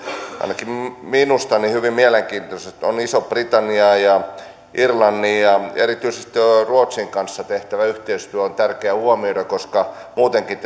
ainakin minusta hyvin mielenkiintoiset on iso britannia ja irlanti ja erityisesti ruotsin kanssa tehtävä yhteistyö on tärkeä huomioida koska muutenkin